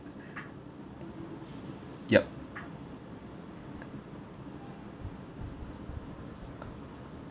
yup